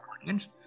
audience